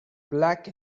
black